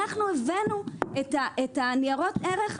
הבאנו את נירות הערך.